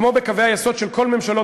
כמו בקווי היסוד של כל הממשלות